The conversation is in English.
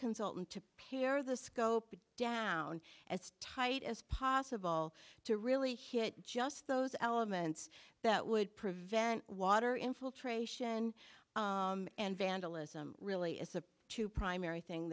consultant to pair of the scope down as tight as possible to really hit just those elements that would prevent water infiltration and vandalism really is a two primary thing